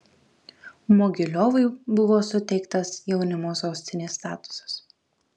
mogiliovui buvo suteiktas jaunimo sostinės statusas